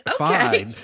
okay